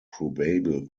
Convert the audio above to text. probable